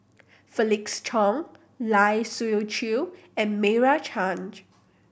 Felix Cheong Lai Siu Chiu and Meira Chand